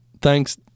thanks